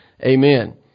amen